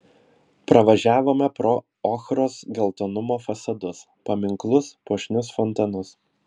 pravažiavome pro ochros geltonumo fasadus paminklus puošnius fontanus